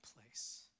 place